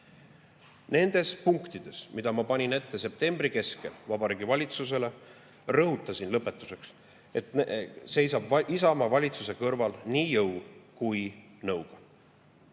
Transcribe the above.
Nendes punktides, mis ma panin ette septembri keskel Vabariigi Valitsusele, rõhutasin lõpetuseks, et Isamaa seisab valitsuse kõrval nii jõu kui nõuga.